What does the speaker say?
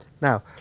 Now